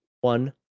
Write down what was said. one